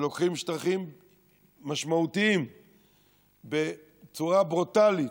ולוקחים שטחים משמעותיים בצורה ברוטלית.